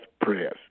prayers